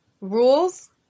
rules